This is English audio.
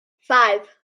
five